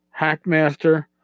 Hackmaster